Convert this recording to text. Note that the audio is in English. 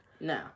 No